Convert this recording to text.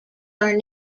are